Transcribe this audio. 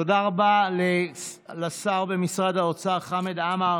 תודה רבה לשר במשרד האוצר חמד עמאר.